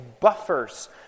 buffers